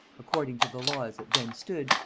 according to the law as it then stood,